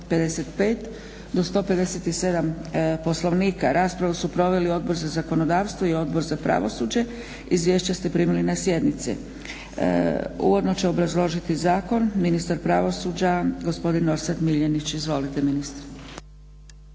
157. Poslovnika. Raspravu su proveli Odbor za zakonodavstvo i Odbor za pravosuđe. Izvješća ste primili na sjednici. Uvodno će obrazložiti zakon ministar pravosuđa gospodin Orsat Miljenić. Izvolite ministre.